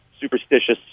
superstitious